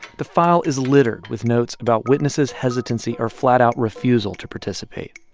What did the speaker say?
the file is littered with notes about witnesses' hesitancy or flat-out refusal to participate.